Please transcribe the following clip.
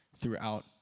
throughout